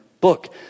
book